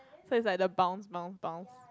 so it's like the bounce bounce bounce